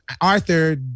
Arthur